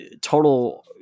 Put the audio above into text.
total